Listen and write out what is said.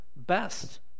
best